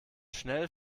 schnell